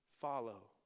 follow